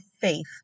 faith